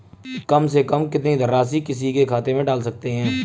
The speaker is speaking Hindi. कम से कम कितनी धनराशि किसी के खाते में डाल सकते हैं?